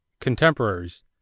Contemporaries